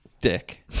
Dick